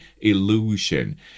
illusion